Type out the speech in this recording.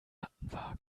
mattenwagen